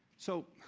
so,